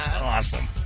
Awesome